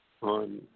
on